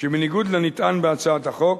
שבניגוד לנטען בהצעת החוק,